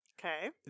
Okay